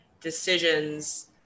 decisions